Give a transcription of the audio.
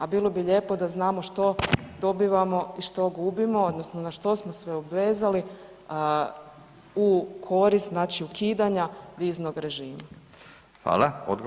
A bilo bi lijepo da znamo što dobivamo i što gubimo odnosno na što smo se obvezali u korist ukidanja viznoga režima.